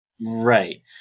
Right